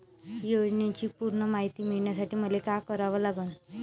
योजनेची पूर्ण मायती मिळवासाठी मले का करावं लागन?